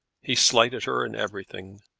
he slighted her in everything.